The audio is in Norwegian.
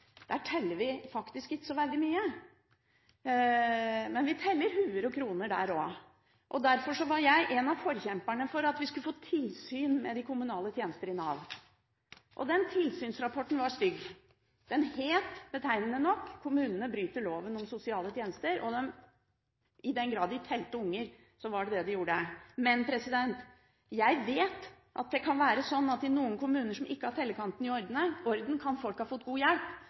Der teller vi ikke så veldig mye, men vi teller hoder og kroner der også. Derfor var jeg en av forkjemperne for at vi skulle få tilsyn med de kommunale tjenester i Nav, og den tilsynsrapporten var stygg. Den het betegnende nok: «Kommunene bryter loven ved henvendelser om økonomisk stønad». I den grad de telte unger, var det det de gjorde. Men jeg vet det kan være sånn at i noen kommuner som ikke har tellekantene i orden, kan folk ha fått god hjelp, mens der tellekantene er i orden, er det ikke sikkert de har fått hjelp